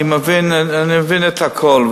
אני מבין את הכול.